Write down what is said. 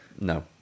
no